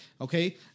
okay